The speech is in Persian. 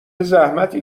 زحمتی